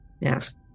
Yes